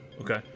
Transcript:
Okay